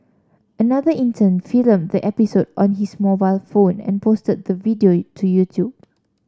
another intern filmed the episode on his mobile phone and posted the video to YouTube